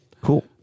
Cool